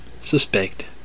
suspect